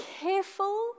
careful